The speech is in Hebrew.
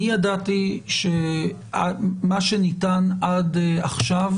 אני ידעתי שמה שניתן עד עכשיו,